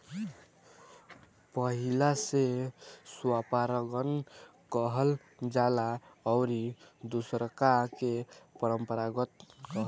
पहिला से स्वपरागण कहल जाला अउरी दुसरका के परपरागण